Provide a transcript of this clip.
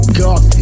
god